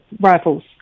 rifles